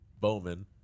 Bowman